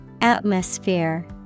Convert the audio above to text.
Atmosphere